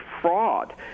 fraud